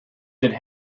did